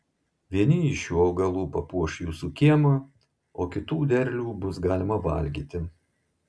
vieni iš šių augalų papuoš jūsų kiemą o kitų derlių bus galima valgyti